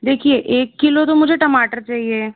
देखिए एक किलो तो मुझे टमाटर चाहिए